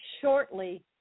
shortly